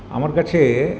আমার কাছে